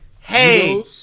hey